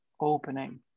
opening